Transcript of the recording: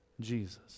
Jesus